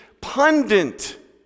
pundit